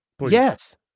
yes